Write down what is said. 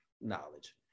knowledge